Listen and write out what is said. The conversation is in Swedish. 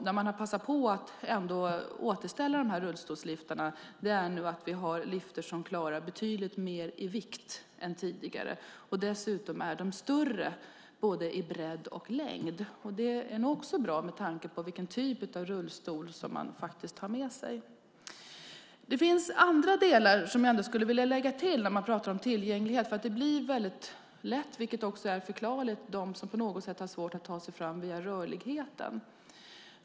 När man har återställt de här rullstolsliftarna har man också passat på att se till att vi har liftar som klarar betydligt mer i vikt än tidigare. Dessutom är de större i både bredd och längd. Det är också bra med tanke på vilken typ av rullstol man har med sig. Det finns andra saker som jag också skulle vilja lägga till när vi pratar om tillgänglighet. Det blir väldigt lätt så att man pratar om dem som på något sätt har svårt att ta sig fram därför att de har nedsatt rörlighet, vilket också är förklarligt.